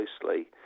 closely